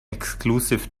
exclusive